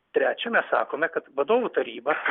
trečia mes sakome kad vadovų taryba